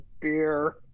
dear